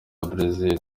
brazil